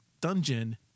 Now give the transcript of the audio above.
dungeon